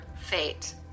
fate